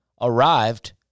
arrived